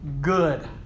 good